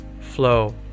flow